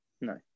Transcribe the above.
No